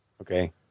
okay